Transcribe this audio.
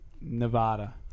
Nevada